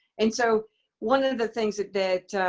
and so one of the things that that